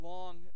Long